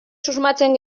susmatzen